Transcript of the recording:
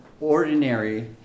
ordinary